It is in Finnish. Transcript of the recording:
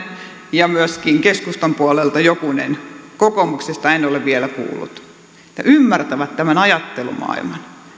ja myöskin keskustan puolelta jokunen kokoomuksesta en ole vielä kuullut että ymmärtävät tämän ajattelumaailman